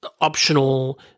optional